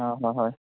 অঁ হয় হয়